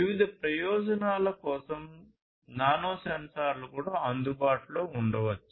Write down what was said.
వివిధ ప్రయోజనాల కోసం నానో సెన్సార్లు కూడా అందుబాటులో ఉండవచ్చు